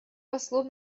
послов